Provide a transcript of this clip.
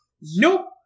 Nope